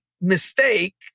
mistake